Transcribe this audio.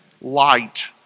light